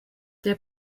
der